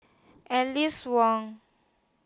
Aline Wong